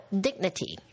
dignity